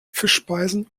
fischspeisen